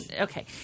Okay